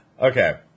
Okay